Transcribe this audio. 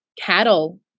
cattle